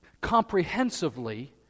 comprehensively